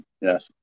Yes